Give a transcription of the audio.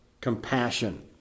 compassion